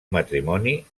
matrimoni